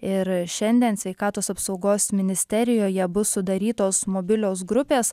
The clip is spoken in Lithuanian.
ir šiandien sveikatos apsaugos ministerijoje bus sudarytos mobilios grupės